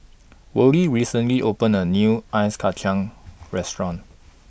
Worley recently opened A New Ice Kacang Restaurant